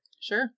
Sure